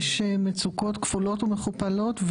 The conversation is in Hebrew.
יש מצוקות כפולות ומכופלות,